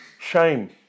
Shame